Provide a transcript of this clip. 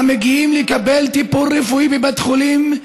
המגיעים לקבל טיפול רפואי בבית החולים,